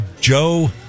Joe